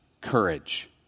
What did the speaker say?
courage